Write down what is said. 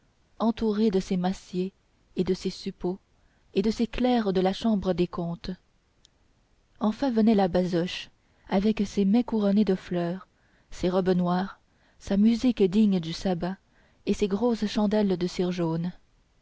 entouré de ses massiers de ses suppôts et des clercs de la chambre des comptes enfin venait la basoche avec ses mais couronnés de fleurs ses robes noires sa musique digne du sabbat et ses grosses chandelles de cire jaune